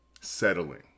settling